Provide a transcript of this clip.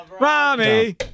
Rami